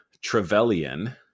Trevelyan